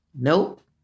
Nope